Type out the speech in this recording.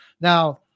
Now